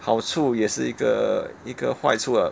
好处也是一个一个坏处 ah